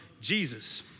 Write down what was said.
Jesus